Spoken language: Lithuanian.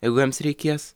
jeigu jiems reikės